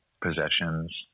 possessions